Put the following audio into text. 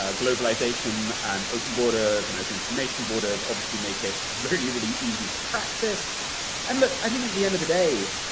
ah globalization and open borders and open information borders obviously make it really, really easy to practice and like i think at the end of the day,